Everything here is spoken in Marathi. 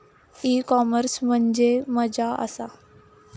ई कॉमर्स म्हणजे मझ्या आसा?